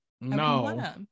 No